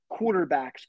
quarterbacks